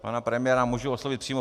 Pana premiéra můžu oslovit přímo.